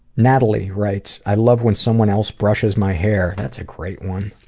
natalie writes i love when someone else brushes my hair. that's a great one.